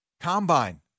Combine